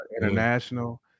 international